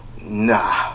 nah